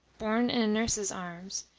borne in a nurse's arms,